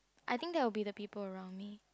I think that will be the people around me